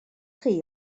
chi